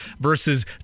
versus